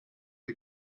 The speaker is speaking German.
die